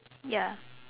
ya